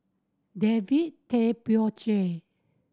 David Tay Poey Cher